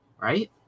right